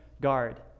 guard